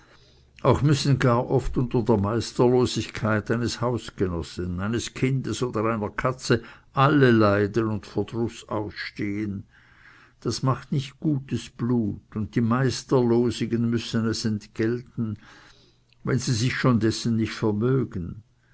auch müssen gar oft unter der meisterlosigkeit eines hausgenossen eines kindes oder einer katze alle leiden und verdruß ausstehen das macht nicht gutes blut und die meisterlosigen müssen es entgelten wenn sie sich schon dessen nicht vermögen